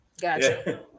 Gotcha